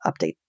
update